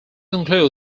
include